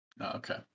Okay